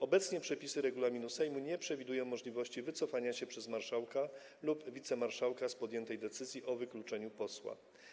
Obecnie przepisy regulaminu Sejmu nie przewidują możliwości wycofania się przez marszałka lub wicemarszałka z podjętej decyzji o wykluczeniu posła.